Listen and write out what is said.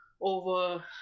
over